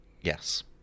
Yes